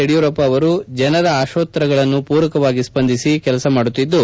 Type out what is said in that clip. ಯಡಿಯೂರಪ್ಪ ಅವರು ಜನರ ಆಶೋತ್ತರಗಳನ್ನು ಪೂರಕವಾಗಿ ಸ್ವಂದಿಸಿ ಕೆಲಸ ಮಾಡುತ್ತಿದ್ದು